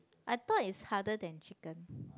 I thought is harder than chicken